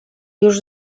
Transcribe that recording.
już